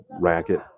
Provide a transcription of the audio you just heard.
racket